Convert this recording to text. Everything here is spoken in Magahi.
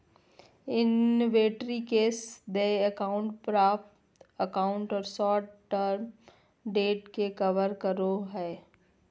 इन्वेंटरी कैश देय अकाउंट प्राप्य अकाउंट और शॉर्ट टर्म डेब्ट के कवर करो हइ